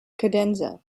cadenza